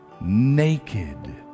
naked